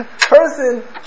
person